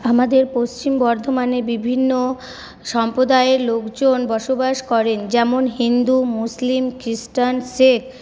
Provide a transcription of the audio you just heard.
আমাদের পশ্চিম বর্ধমানে বিভিন্ন সম্প্রদায়ের লোকজন বসবাস করেন যেমন হিন্দু মুসলিম খ্রিষ্টান শিখ